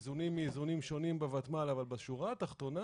איזונים מאיזונים שונים בוותמ"ל אבל בשורה התחתונה